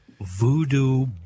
Voodoo